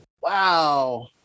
Wow